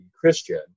Christian